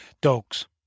Dogs